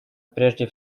прежде